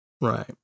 Right